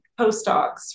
postdocs